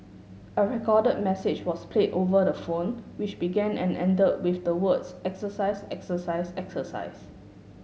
a recorded message was played over the phone which began and ended with the words exercise exercise exercise